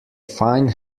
fine